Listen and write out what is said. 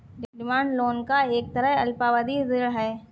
demand loan एक तरह का अल्पावधि ऋण है